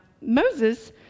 Moses